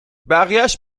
بقیهاش